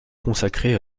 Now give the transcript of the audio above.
consacré